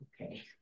okay